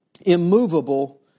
immovable